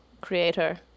creator